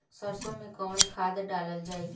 सरसो मैं कवन खाद डालल जाई?